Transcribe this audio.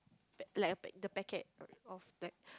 like a pack the packet of like